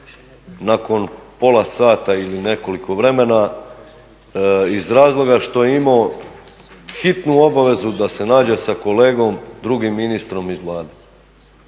nakon pola sata ili nekoliko vremena iz razloga što je imao hitnu obavezu da se nađe sa kolegom, drugim ministrom iz Vlade.